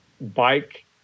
bike